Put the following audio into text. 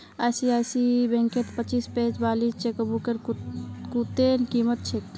ICICI बैंकत पच्चीस page वाली चेकबुकेर कत्ते कीमत छेक